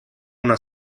una